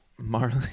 Marley